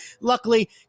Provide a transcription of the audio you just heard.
luckily